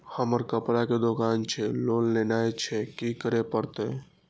हमर कपड़ा के दुकान छे लोन लेनाय छै की करे परतै?